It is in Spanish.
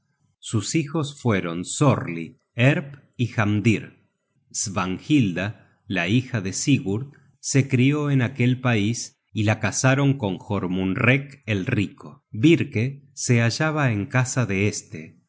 sus hijos fueron sorli erp y hamdir svanhilda la hija de sigurd se crió en aquel pais y la casaron con jormunrek el rico birke se hallaba en casa de este